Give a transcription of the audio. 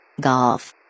Golf